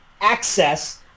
access